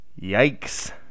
Yikes